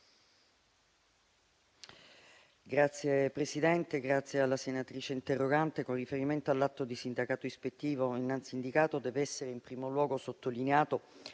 Signor Presidente, ringrazio la senatrice interrogante. Con riferimento all'atto di sindacato ispettivo innanzi indicato, deve essere in primo luogo sottolineato